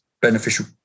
beneficial